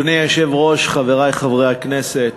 אדוני היושב-ראש, חברי חברי הכנסת,